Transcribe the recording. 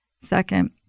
Second